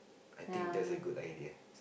I think that's a good idea